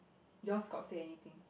yours got say anything